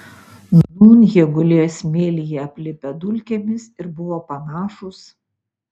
nūn jie gulėjo smėlyje aplipę dulkėmis ir buvo panašūs